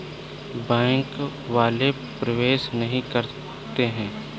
Bank वाले प्रवेश नहीं करते हैं?